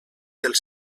dels